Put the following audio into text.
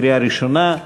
לקריאה ראשונה.